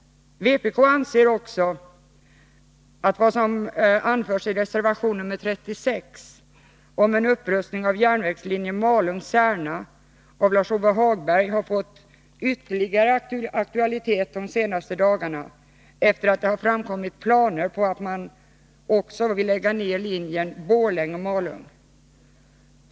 Vpk anser också att vad som anförs i reservation nr 36 av Lars-Ove Hagberg om en upprustning av järnvägslinjen Malung-Särna har fått ytterligare aktualitet de senaste dagarna, eftersom det framkommit planer på att lägga ned järnvägslinjen Borlänge-Malung.